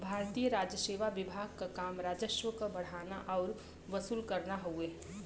भारतीय राजसेवा विभाग क काम राजस्व क बढ़ाना आउर वसूल करना हउवे